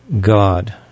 God